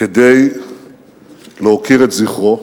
כדי להוקיר את זכרו.